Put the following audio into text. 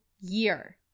year